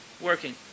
working